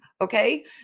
Okay